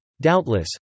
Doubtless